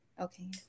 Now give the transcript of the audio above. okay